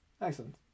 Excellent